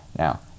Now